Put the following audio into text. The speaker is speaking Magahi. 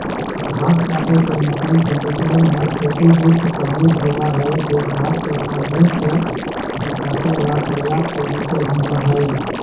घास काटे के मशीन कंडीशनर में छोटे डिस्क शामिल होबा हई जो घास के माध्यम से काटे ला पर्याप्त तेजी से घूमा हई